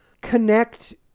connect